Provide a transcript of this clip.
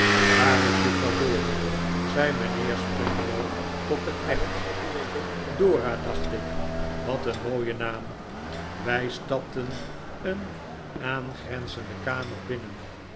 waar is juffrouw dora zei mijnheer spenlow tot den knecht doia dacht ik wat een mooie naam wij stapten een aangrenzende kamer binik